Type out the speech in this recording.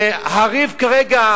והריב כרגע,